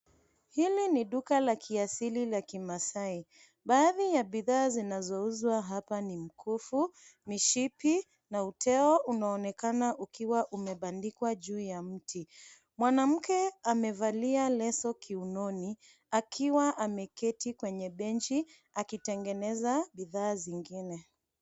Hili ni duka la kiasili la kimaasai. Baadhi ya bidhaa zinazouzwa hapa ni mkufu, mshipi na uteo unaoonekana ukiwa umebandikwa juu ya mti. Mwanake amevalia leso kiunoni akiwa ameketi kwenye benchi akitengeneza bidhaa zingine.